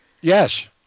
Yes